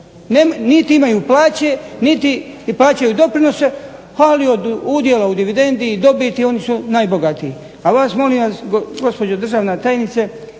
niti imaju plaće, niti plaćaju doprinos, ali od udjela u dividendi i dobiti oni su najbogatiji. A vas molim vas gospođo državna tajnice